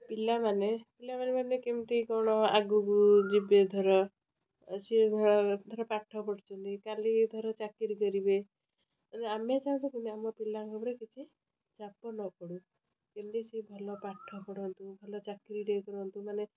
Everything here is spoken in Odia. ପିଲାମାନେ ପିଲାମାନେ ମାନେ କେମିତି କ'ଣ ଆଗକୁ ଯିବେ ଧର ସେ ଧର ପାଠ ପଢ଼ୁଛନ୍ତି କାଲି ଧର ଚାକିରି କରିବେ ମାନେ ଆମେ ଆମ ପିଲାଙ୍କର କିଛି ଚାପ ନ ପଡ଼ୁ କେମିତି ସେ ଭଲ ପାଠ ପଢ଼ନ୍ତୁ ଭଲ ଚାକିରିଟିଏ କରନ୍ତୁ ମାନେ